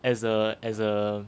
as a as a